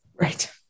Right